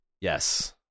Yes